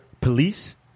police